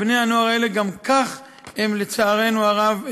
בני-הנוער האלה גם כך, לצערנו הרב,